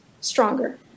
stronger